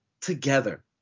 together